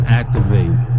activate